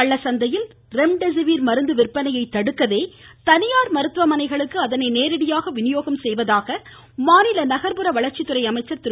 கள்ளச்சந்தையில் remdesivir மருந்து விற்பனையை தடுக்கவே தனியார் மருத்துவமனைகளுக்கு அதனை நேரடியாக விநியோகம் செய்வதாக மாநில நகர்ப்புற வளர்ச்சித்துறை அமைச்சர் திரு